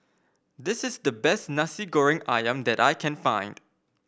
this is the best Nasi Goreng ayam that I can find